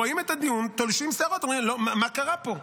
רואים את הדיון, תולשים שערות, אומרים: מה קרה פה?